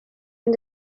and